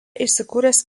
įsikūręs